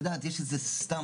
סתם,